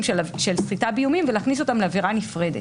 של סחיטה באיומים ולהכניס אותם לעבירה נפרדת.